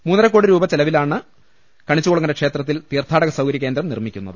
മൂന്നര കോടി രൂപ ചെലവിലാണ് കണിച്ചുകുളങ്ങര ക്ഷേത്രത്തിൽ തീർത്ഥാടക സൌകര്യ കേന്ദ്രം നിർമ്മിക്കുന്നത്